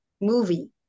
movie